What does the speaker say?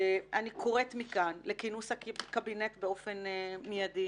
אני קוראת מכאן לכינוס הקבינט באופן מיידי.